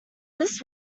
this